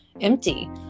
empty